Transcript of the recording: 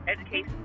education